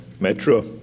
Metro